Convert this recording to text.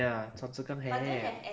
ya choa chu kang have